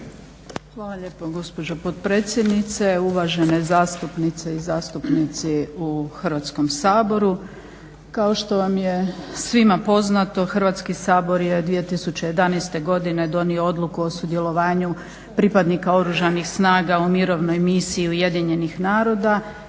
Hvala lijepo gospođo potpredsjednice, uvažene zastupnice i zastupnici u Hrvatskom saboru. Kao što vam je svima poznato Hrvatski sabor je 2011. godine donio Odluku o sudjelovanju pripadnika Oružanih snaga u Mirovnoj misiji Ujedinjenih naroda